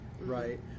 right